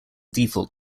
default